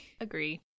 Agree